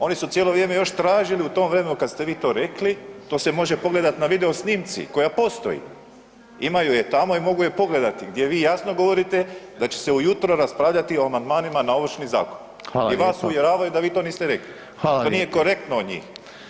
Oni su cijelo vrijeme još tražili u tom vremenu kad ste vi to rekli, to se može pogledati na videosnimci, koja postoji, imaju je tamo i mogu je pogledati, gdje vi jasno govorite da će ujutro raspravljati o amandmanima na Ovršni zakon [[Upadica: Hvala lijepo.]] i vas uvjeravaju da to niste rekli [[Upadica: Hvala lijepo.]] to nije korektno od njih.